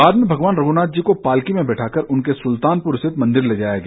बाद में भगवान रघुनाथ जी को पालकी में बिठाकर उनके सुल्तानपुर स्थित मंदिर में ले जाया गया